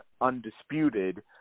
Undisputed